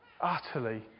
Utterly